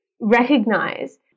recognize